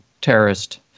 terrorist